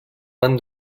van